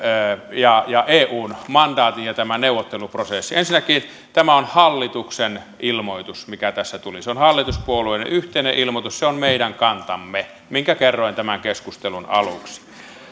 ja ja eun mandaatin ja tämän neuvotteluprosessin ensinnäkin tämä on hallituksen ilmoitus mikä tässä tuli se on hallituspuolueiden yhteinen ilmoitus se on meidän kantamme minkä kerroin tämän keskustelun aluksi